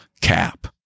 cap